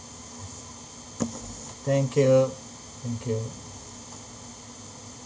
thank you thank you